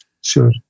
Sure